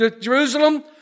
Jerusalem